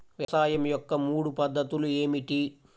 వ్యవసాయం యొక్క మూడు పద్ధతులు ఏమిటి?